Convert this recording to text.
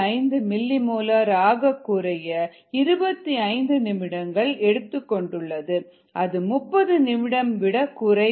5 millimolar ஆக குறைய 25 நிமிடங்கள் எடுத்துக் கொண்டுள்ளது அது 30 நிமிடம் விட குறைவானது